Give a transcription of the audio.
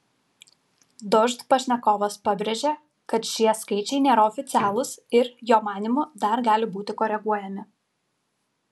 dožd pašnekovas pabrėžė kad šie skaičiai nėra oficialūs ir jo manymu dar gali būti koreguojami